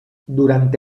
durante